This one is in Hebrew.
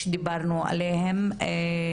שדיברנו עליהם,